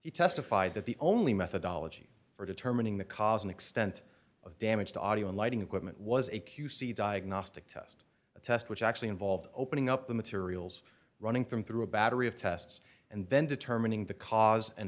he testified that the only methodology for determining the cause and extent of damage to audio and lighting equipment was a q c diagnostic test a test which actually involved opening up the materials running from through a battery of tests and then determining the cause and